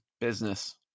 business